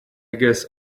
guess